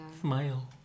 Smile